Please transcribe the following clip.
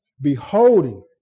beholding